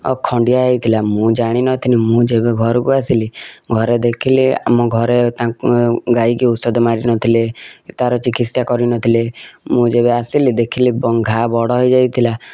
ଖଣ୍ଡିଆ ହେଇଥିଲା ମୁଁ ଜାଣି ନଥିଲି ମୁଁ ଯେବେ ଘରକୁ ଆସିଲି ଘରେ ଦେଖିଲି ଆମ ଘରେ ଗାଈକୁ ଔଷଧ ମାରି ନଥିଲେ କି ତାର ଚିକିତ୍ସା କରି ନଥିଲେ ମୁଁ ଯେବେ ଆସିଲି ଦେଖିଲି ଘା ବଡ଼ ହେଇଯାଇଥିଲା